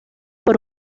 por